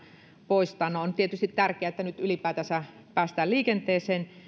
poistaa no on tietysti tärkeää että nyt ylipäätänsä päästään liikenteeseen